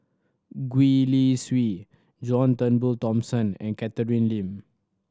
Gwee Li Sui John Turnbull Thomson and Catherine Lim